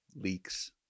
leaks